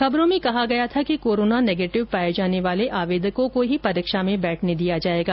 खबरों में कहा गया था कि कोरोना नेगेटिव पाए जाने वाले आवेदकों को ही परीक्षा में बैठने दिया जाएगा